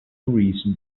reason